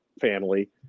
family